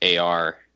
AR